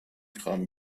kram